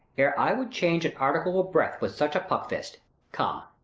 ere i would change an article of breath with such a puckfist come,